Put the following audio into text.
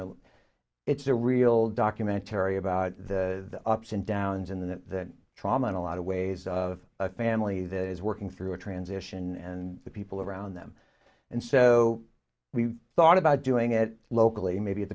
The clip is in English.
know it's a real documentary about the ups and downs in that trauma in a lot of ways of a family that is working through a transition and the people around them and so we thought about doing it locally maybe at